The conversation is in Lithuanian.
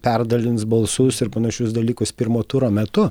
perdalins balsus ir panašius dalykus pirmo turo metu